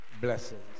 blessings